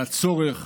על הצורך